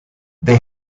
they